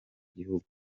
gihugu